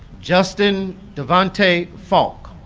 justin davonte faulk